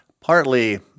Partly